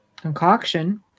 concoction